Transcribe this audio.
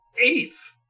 Eighth